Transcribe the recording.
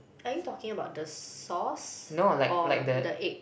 are you talking about the sauce or the egg